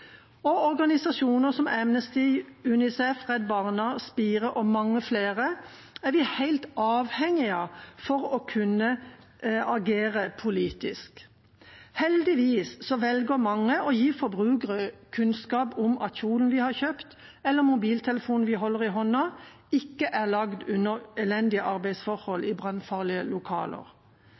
Og organisasjoner som Amnesty, Unicef, Redd Barna, Spire og mange flere, er vi helt avhengige av for å kunne agere politisk. Heldigvis velger mange å gi forbrukerne kunnskap om at kjolen de har kjøpt, eller mobiltelefonen de holder i hånden, ikke er laget under elendige arbeidsforhold i brannfarlige lokaler.